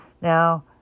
Now